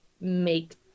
make